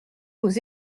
aux